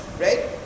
right